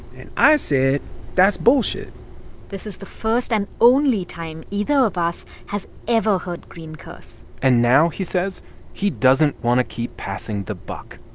and i said that's bullshit this is the first and only time either of us has ever heard greene curse and now he says he doesn't want to keep passing the buck.